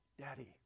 Daddy